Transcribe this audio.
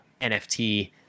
NFT